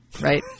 right